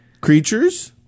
creatures